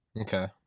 Okay